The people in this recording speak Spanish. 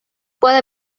puede